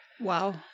Wow